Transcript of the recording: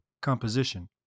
composition